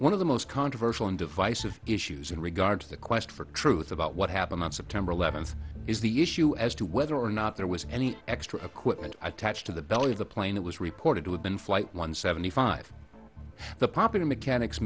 one of the most controversial and divisive issues in regard to the quest for truth about what happened on september eleventh is the issue as to whether or not there was any extra equipment attached to the belly of the plane that was reported to have been flight one seventy five the popular mechanics